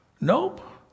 Nope